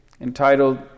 entitled